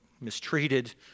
mistreated